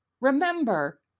remember